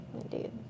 Indeed